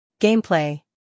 Gameplay